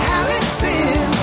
Allison